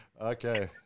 okay